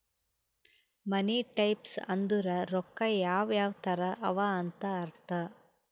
ಮನಿ types ಅಂದುರ್ ರೊಕ್ಕಾ ಯಾವ್ ಯಾವ್ ತರ ಅವ ಅಂತ್ ಅರ್ಥ